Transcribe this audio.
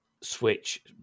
Switch